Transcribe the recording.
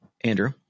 Andrew